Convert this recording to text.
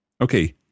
Okay